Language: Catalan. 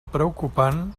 preocupant